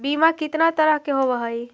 बीमा कितना तरह के होव हइ?